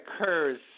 occurs